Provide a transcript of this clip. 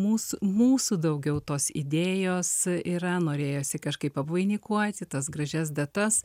mūsų mūsų daugiau tos idėjos yra norėjosi kažkaip apvainikuoti tas gražias datas